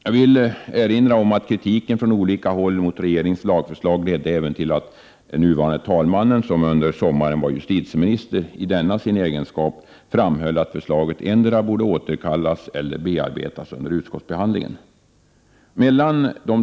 Jag vill erinra om att kritiken från olika håll mot regeringens lagförslag ledde till att även vår nuvarande talman — som under sommaren var justitieminister — just i egenskap av justitieminister framhöll att förslaget endera skulle återkallas eller också bearbetas mera under utskottsbehandlingen.